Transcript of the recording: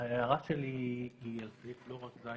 ההערה היא לא רק על סעיף (ז),